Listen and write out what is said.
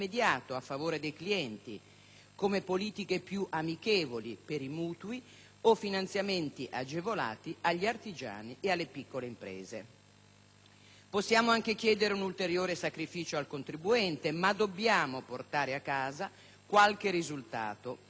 come politiche più amichevoli per i mutui o finanziamenti agevolati agli artigiani e alle piccole imprese. Possiamo anche chiedere un ulteriore sacrificio al contribuente, ma dobbiamo portare a casa qualche risultato perché i nostri mutui